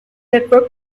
network